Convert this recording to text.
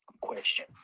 Question